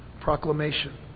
proclamation